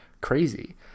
crazy